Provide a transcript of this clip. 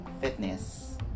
fitness